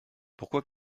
pourquoi